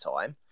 time